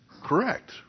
correct